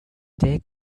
they